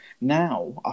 now